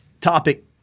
topic